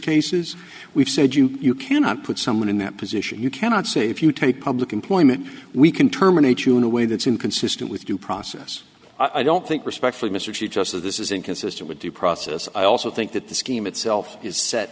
cases we've said you cannot put someone in that position you cannot say if you take public employment we can terminate you in a way that's inconsistent with due process i don't think respectfully mr she just of this is inconsistent with due process i also think that the scheme itself is set